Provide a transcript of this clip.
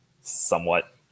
somewhat